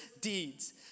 deeds